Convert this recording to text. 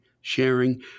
sharing